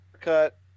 cut